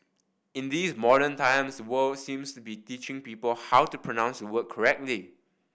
in these modern times the world seems to be teaching people how to pronounce word correctly